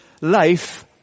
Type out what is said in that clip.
life